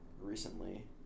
recently